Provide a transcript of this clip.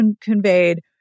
conveyed